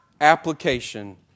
application